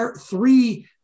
three